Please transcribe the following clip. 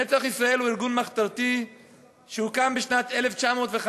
ניל"י הוא ארגון מחתרתי שהוקם בשנת 1915,